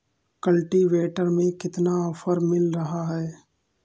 Cultivator में कितना offer मिल रहा है?